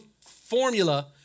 formula